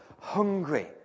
hungry